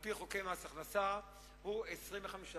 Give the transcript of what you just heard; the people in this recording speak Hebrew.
על-פי חוקי מס הכנסה, היא 25%,